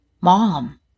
mom